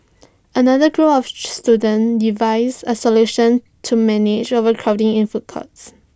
another group of students devised A solution to manage overcrowding in food courts